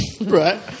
Right